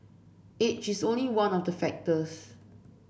age is only one of the factors